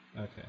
Okay